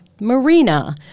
marina